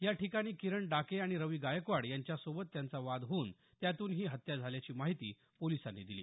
या ठिकाणी किरण डाके आणि रवी गायकवाड यांच्या सोबत त्यांचा वाद होऊन त्यातून ही हत्या झाल्याची माहिती पोलिसांनी दिली